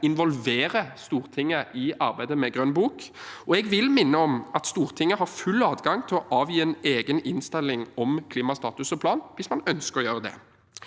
involvere Stortinget i arbeidet med Grønn bok, og jeg vil minne om at Stortinget har full adgang til å avgi en egen innstilling om klimastatus og -plan hvis man ønsker å gjøre det.